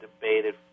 debated